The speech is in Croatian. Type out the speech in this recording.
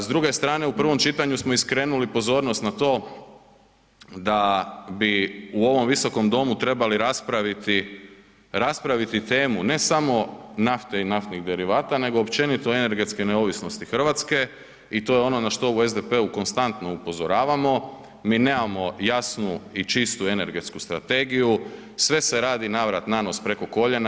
S druge strane, u prvom čitanju smo i skrenuli pozornost na to da bi u ovom visokom domu trebali raspraviti, raspraviti temu ne samo nafte i naftnih derivata, nego općenito energetske neovisnosti RH i to je ono na što u SDP-u konstantno upozoravamo, mi nemamo jasnu i čistu energetsku strategiju, sve se radi navrat nanos preko koljena.